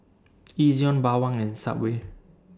Ezion Bawang and Subway